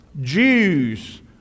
Jews